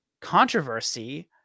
controversy